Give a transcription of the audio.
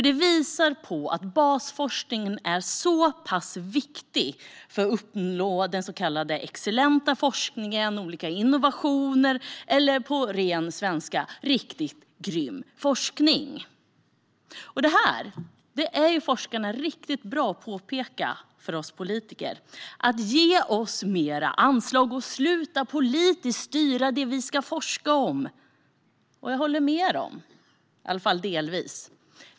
Detta visar nämligen på att basforskningen är så viktig för att uppnå den så kallade excellenta forskningen, olika innovationer eller på ren svenska: riktigt grym forskning! Detta är forskarna riktigt bra på att påpeka för politiker: Ge oss mer anslag, och sluta att politiskt styra det vi ska forska om! Jag håller med dem, i alla fall delvis.